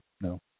No